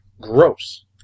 gross